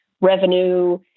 revenue